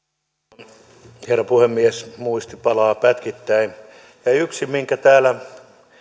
arvoisa herra puhemies muisti palaa pätkittäin täällä